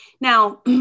Now